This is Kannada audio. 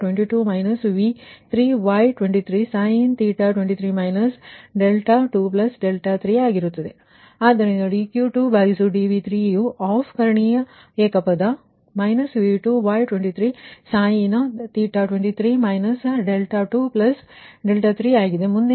ಆದ್ದರಿಂದ dQ2dV3ಯು ಆಫ್ ಕರ್ಣೀಯ ಏಕಪದ V2Y23 23 23ಆಗಿದೆ